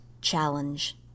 challenge